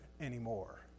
anymore